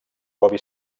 gobi